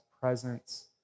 presence